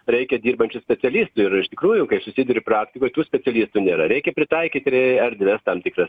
reikia dirbančių specialistų ir iš tikrųjų kai susiduri praktikoj tų specialistų nėra reikia pritaikyti ir erdves tam tikras